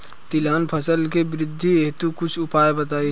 तिलहन फसल के वृद्धि हेतु कुछ उपाय बताई?